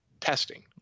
testing